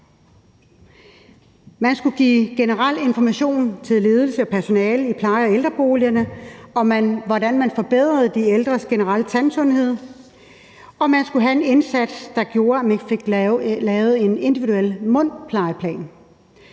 man skulle give en generel information til ledelsen og personalet i pleje- og ældreboligerne om, hvordan man forbedrede de ældres generelle tandsundhed, og man skulle have en indsats, der gjorde, at man fik lavet en individuel mundplejeplan.